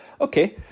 okay